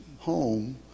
home